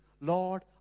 Lord